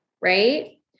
right